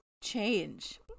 change